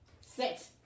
Sit